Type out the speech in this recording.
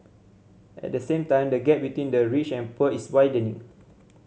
at the same time the gap between the rich and poor is widening